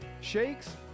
shakes